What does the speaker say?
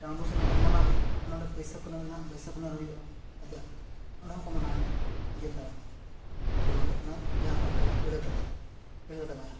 ᱰᱟᱰᱵᱩᱥ ᱨᱮᱫᱚ ᱢᱟᱱᱟᱣ ᱦᱩᱭᱩᱜ ᱠᱟᱱᱟ ᱱᱚᱰᱮ ᱵᱟᱹᱭᱥᱟᱹᱠᱷ ᱠᱩᱱᱟᱹᱢᱤ ᱵᱟᱹᱭᱥᱟᱹᱠᱷ ᱠᱩᱱᱟᱹᱢᱤ ᱦᱩᱭᱩᱜᱼᱟ ᱟᱡᱟᱜ ᱱᱚᱰᱮ ᱦᱚᱸᱠᱚ ᱢᱟᱱᱟᱣᱮᱜᱼᱟ ᱱᱤᱭᱟᱹ ᱵᱩᱨᱩ ᱨᱮ ᱚᱱᱟ ᱡᱟᱦᱟᱸ ᱠᱚ ᱢᱮᱛᱟᱜᱼᱟ ᱯᱟᱲᱦᱟᱹ ᱠᱟᱴᱟ ᱯᱟᱲᱦᱟᱹ ᱠᱟᱴᱟ ᱢᱟᱭ